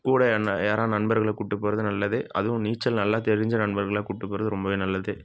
கூட யாருன்னால் யாரால் நண்பர்களை கூப்பிட்டுப் போகிறது நல்லது அதுவும் நீச்சல் நல்லா தெரிஞ்ச நண்பர்களாக கூப்பிட்டுப் போகிறது ரொம்பவே நல்லது